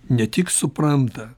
ne tik supranta